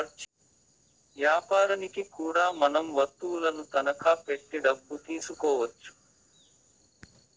యాపారనికి కూడా మనం వత్తువులను తనఖా పెట్టి డబ్బు తీసుకోవచ్చు